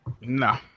No